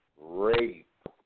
rape